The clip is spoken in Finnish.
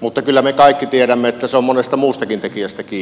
mutta kyllä me kaikki tiedämme että se on monesta muustakin tekijästä kiinni